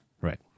Right